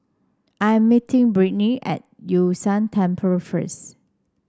I am meeting Brittnie at Yun Shan Temple first